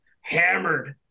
hammered